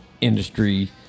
industry